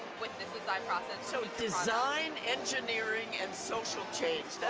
with this design process. so design engineering and social change.